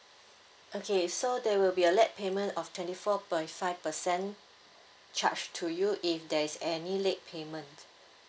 okay so there will be a late payment of twenty four point five percent charged to you if there's any late payment